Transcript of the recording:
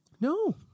No